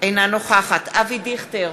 אינה נוכחת אבי דיכטר,